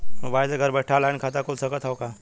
Mobile से घर बैठे ऑनलाइन खाता खुल सकत हव का?